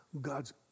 God's